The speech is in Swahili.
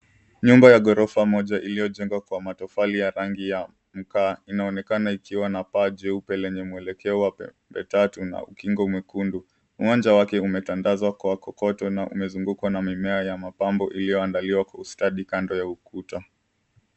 Nyumba ya ghorofa moja iliyojengwa kwa matofali ya rangi ya mkaa inaonekana ikiwa na paa jeupe lenye mwelekeo wa pande tatu na ukingo mwekundu. Uwanja wake umetandazwa kwa kokoto na umezungukwa na mimea ya mapambo iliyoandaliwa kwa ustadi kando ya ukuta.